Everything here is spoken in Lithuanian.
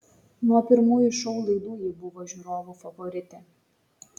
nuo pirmųjų šou laidų ji buvo žiūrovų favoritė